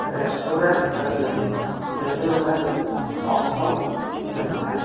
restaurant ᱞᱟᱹᱜᱤᱫ delivery option ᱧᱮᱞᱢᱮ